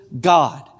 God